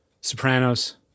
Sopranos